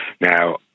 Now